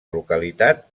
localitat